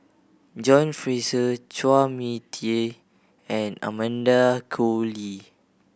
John Fraser Chua Mia Tee and Amanda Koe Lee